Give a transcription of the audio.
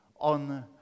on